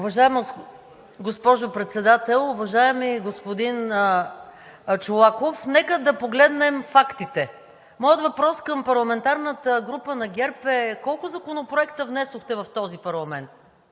Уважаема госпожо Председател! Уважаеми господин Чолаков, нека да погледнем фактите. Моят въпрос към парламентарната група на ГЕРБ е колко законопроекта внесохте в този парламент?